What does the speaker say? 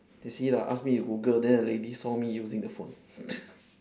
eh see lah ask me to google then the lady saw me using the phone